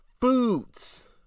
foods